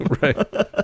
Right